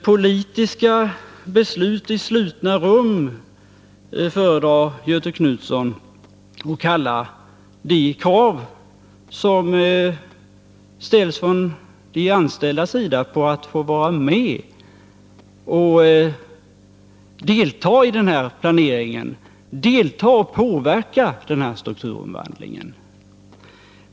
Politiska beslut i slutna rum, föredrar Göthe Knutson att kalla de krav som de anställda ställer på att få vara med och delta i planeringen och påverka strukturomvandlingen.